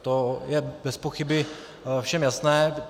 To je bezpochyby všem jasné.